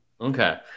Okay